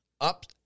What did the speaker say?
up